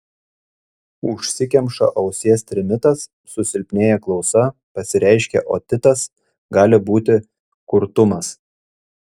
užsikemša ausies trimitas susilpnėja klausa pasireiškia otitas gali būti kurtumas